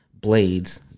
blades